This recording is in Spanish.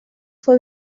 fue